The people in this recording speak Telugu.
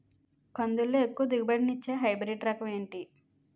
కందుల లో ఎక్కువ దిగుబడి ని ఇచ్చే హైబ్రిడ్ రకం ఏంటి?